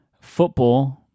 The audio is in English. football